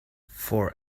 for